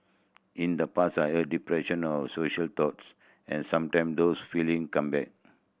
in the past I had depression or social thoughts and sometime those feeling come back